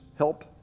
Help